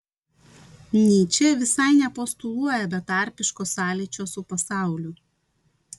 nyčė visai nepostuluoja betarpiško sąlyčio su pasauliu